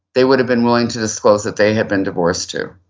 they would've been willing to disclose that they had been divorced too.